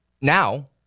Now